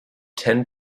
tend